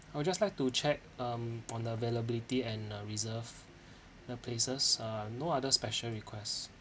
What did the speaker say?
I'll just like to check um on the availability and uh reserve the places uh I have no other special request